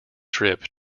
trip